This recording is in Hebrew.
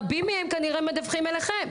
הם מדווחים, רבים מהם כנראה מדווחים אליכם.